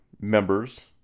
members